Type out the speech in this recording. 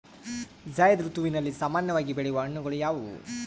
ಝೈಧ್ ಋತುವಿನಲ್ಲಿ ಸಾಮಾನ್ಯವಾಗಿ ಬೆಳೆಯುವ ಹಣ್ಣುಗಳು ಯಾವುವು?